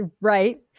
right